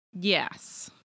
Yes